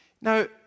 Now